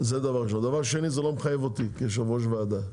דבר שני, זה לא מחייב אותי כיושב ראש ועדה.